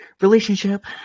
relationship